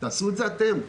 תעשו את זה אתם.